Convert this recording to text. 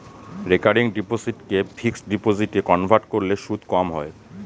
recurring ডিপোসিটকে fixed ডিপোজিটে convert করলে সুদ কম হয়